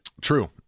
True